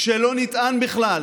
כשלא נטען בכלל